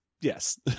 yes